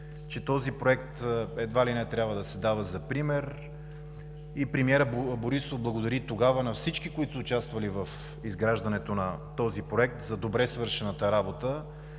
че този проект едва ли не трябва да се дава за пример и премиерът Борисов благодари тогава на всички, участвали в изграждането на проекта за добре свършената работа,